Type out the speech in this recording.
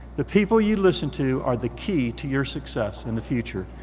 the people you listen to are the key to your success in the future.